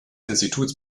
instituts